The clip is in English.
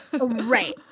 right